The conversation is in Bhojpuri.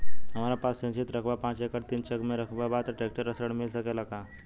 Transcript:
हमरा पास सिंचित रकबा पांच एकड़ तीन चक में रकबा बा त ट्रेक्टर ऋण मिल सकेला का?